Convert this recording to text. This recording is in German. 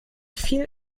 viel